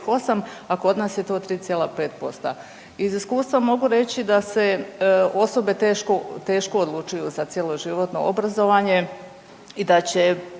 a kod nas je to 3,5%. Iz iskustava mogu reći da se osobe teško, teško odlučuju za cjeloživotno obrazovanje i da će